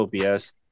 obs